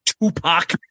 Tupac